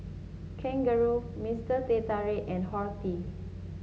Kangaroo Mister Teh Tarik and Horti